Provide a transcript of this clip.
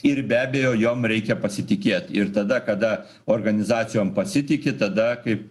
ir be abejo jom reikia pasitikėt ir tada kada organizacijom pasitiki tada kaip